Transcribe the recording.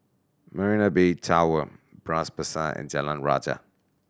Marina Bay Tower Bras Basah and Jalan Rajah